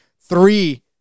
three